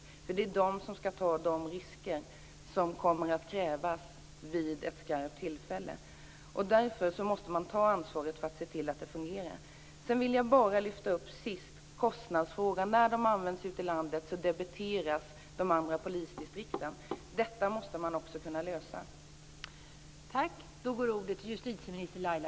Det är de människorna som skall ta de risker som det kommer att krävas att man tar vid ett skarpt tillfälle. Därför måste man ta ansvaret för att se till att det fungerar. Sedan vill jag till sist lyfta upp kostnadsfrågan. När insatsstyrkan används ute i landet debiteras de andra polisdistrikten. Detta måste man också kunna lösa.